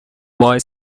boy